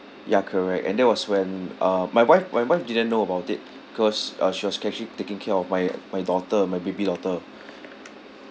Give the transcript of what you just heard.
ya correct and that was when uh my wife my wife didn't know about it cause uh she was actually taking care of my my daughter my baby daughter